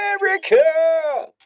America